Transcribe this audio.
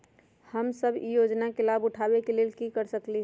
हम सब ई योजना के लाभ उठावे के लेल की कर सकलि ह?